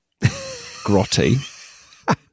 grotty